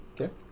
Okay